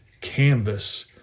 canvas